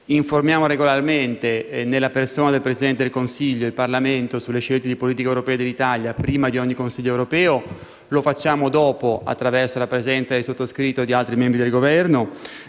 Informiamo regolarmente, nella persona del Presidente del Consiglio, il Parlamento sulle scelte di politica europea dell'Italia prima di ogni Consiglio europeo; lo facciamo dopo, attraverso la presenza del sottoscritto e di altri membri del Governo;